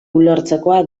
ulertzekoa